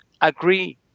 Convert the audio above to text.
agree